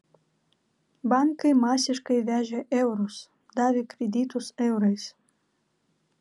bankai masiškai vežė eurus davė kreditus eurais